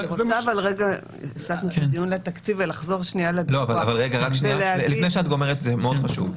אני רוצה לחזור לדיווח --- לפני שאת אומרת,